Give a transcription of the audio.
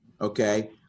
Okay